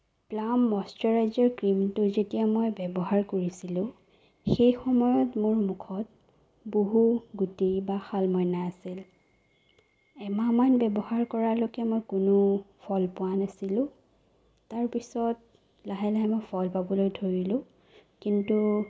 plum moisturiser ক্ৰীমটো যেতিয়া মই ব্যৱহাৰ কৰিছিলোঁ সেই সময়ত মোৰ মুখত বহুত গুটি বা শালমইনা আছিল এমাহ মান ব্যৱহাৰ কৰালৈকে মই কোনো ফল পোৱা নাছিলোঁ তাৰপিছত লাহে লাহে মই ফল পাবলৈ ধৰিলোঁ কিন্তু